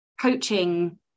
coaching